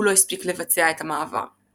הוא לא הספיק לבצע את המעבר.